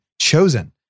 Chosen